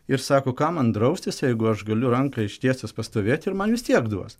ir sako kam man draustis jeigu aš galiu ranką ištiesęs pastovėti ir man vis tiek duos